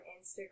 Instagram